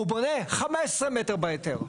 הוא בונה 15 מטרים בהיתר.